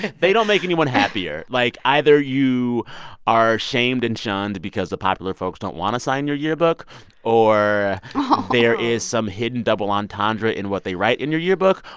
they don't make anyone happier. like, either you are shamed and shunned because the popular folks don't want to sign your yearbook ah there is some hidden double entendre in what they write in your yearbook.